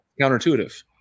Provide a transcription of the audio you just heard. Counterintuitive